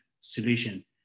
solution